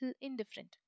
indifferent